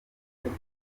ariko